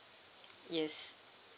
yes